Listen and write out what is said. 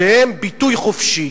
שהם ביטוי חופשי.